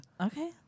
Okay